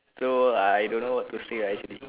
so I don't know what to say ah actually